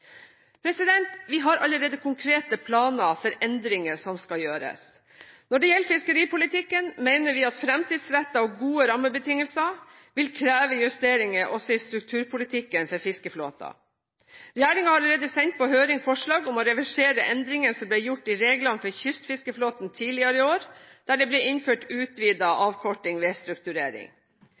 Vi har allerede konkrete planer for endringer som skal gjøres. Når det gjelder fiskeripolitikken, mener vi at fremtidsrettede og gode rammebetingelser vil kreve justeringer også i strukturpolitikken for fiskeflåten. Regjeringen har allerede sendt på høring forslag om å reversere endringene som ble gjort i reglene for kystfiskeflåten tidligere i år, der det ble innført utvidet avkorting ved strukturering.